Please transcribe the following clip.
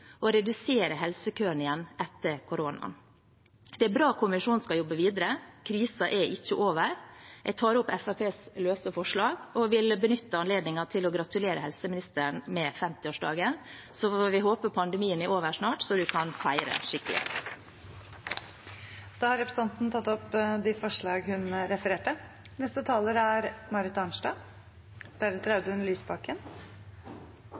og redusere helsekøene igjen etter koronaen. Det er bra at kommisjonen skal jobbe videre, for krisen er ikke over. Jeg tar opp Fremskrittspartiets løse forslag og vil også benytte anledningen til å gratulere helseministeren med 50-årsdagen. Så får vi håpe pandemien er over snart, så han kan feire skikkelig! Representanten Sylvi Listhaug har tatt opp de forslagene hun refererte